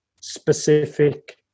specific